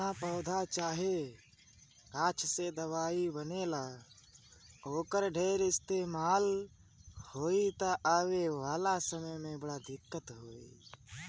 जवना पौधा चाहे गाछ से दवाई बनेला, ओकर ढेर इस्तेमाल होई त आवे वाला समय में बड़ा दिक्कत होई